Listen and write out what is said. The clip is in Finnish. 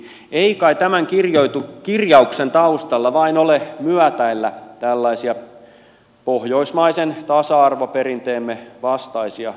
ei kai tämän kirjauksen taustalla vain ole halu myötäillä tällaisia pohjoismaisen tasa arvoperinteemme vastaisia sukupuolierottelukulttuureja